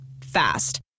Fast